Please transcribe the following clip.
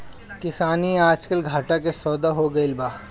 किसानी आजकल घाटा के सौदा हो गइल बा